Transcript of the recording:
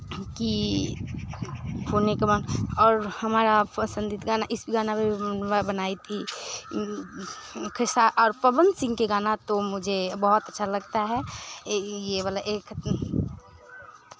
की और हमारा पसन्दीदा गाना इस गाना पर भी मैं बनाई थी खेसा और पवन सिंह के गानें तो मुझे बहुत अच्छा लगता है ये वाला एक